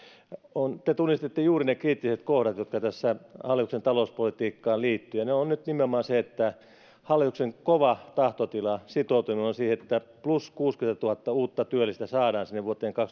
te tunnistitte juuri ne kriittiset kohdat jotka tässä hallituksen talouspolitiikkaan liittyvät ja se on nyt nimenomaan se että hallituksen kova tahtotila on sitoutuminen siihen että plus kuusikymmentätuhatta uutta työllistä saadaan sinne vuoteen